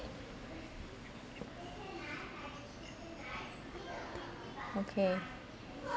okay